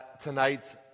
tonight